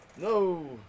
No